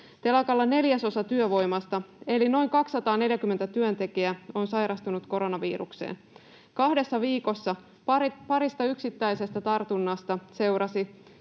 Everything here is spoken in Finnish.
Telakalla neljäsosa työvoimasta eli noin 240 työntekijää on sairastunut koronavirukseen. Kahdessa viikossa parista yksittäisestä tartunnasta seurasi